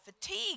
fatigue